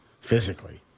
physically